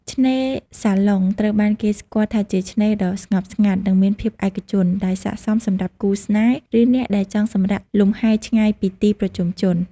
ឆ្នេរសាឡុង ត្រូវបានគេស្គាល់ថាជាឆ្នេរដ៏ស្ងប់ស្ងាត់ និងមានភាពឯកជន ដែលស័ក្តិសមសម្រាប់គូស្នេហ៍ ឬអ្នកដែលចង់សម្រាកលំហែឆ្ងាយពីទីប្រជុំជន។